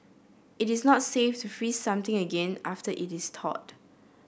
it is not safe to freeze something again after it is thawed